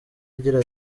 agira